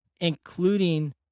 including